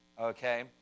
Okay